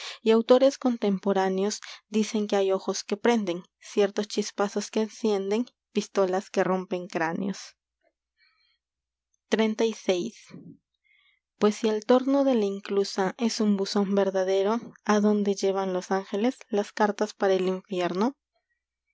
y autores dicen que contemporáneos hay ojos que prenden ciertos chispazos que encienden cráneos pistolas que rompen s xxxvi ues si el torno de la inclusa es un buzón verdadero adonde llevan los las cartas para ángeles el infierno